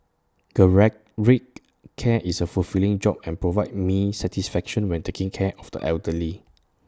geriatric care is A fulfilling job and provides me satisfaction when taking care of the elderly